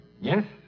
Yes